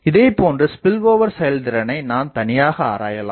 இதேபோன்று ஸ்பில்ஓவர் செயல்திறனை நாம் தனியாக ஆராயலாம்